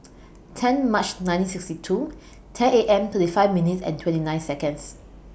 ten March nineteen sixty two ten A M thirty five minutes and twenty nine Seconds